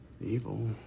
evil